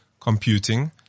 computing